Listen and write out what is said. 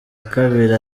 kabiri